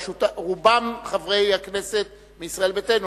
רובם חברי הכנסת מישראל ביתנו,